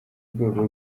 rwego